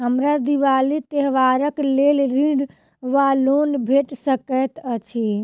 हमरा दिपावली त्योहारक लेल ऋण वा लोन भेट सकैत अछि?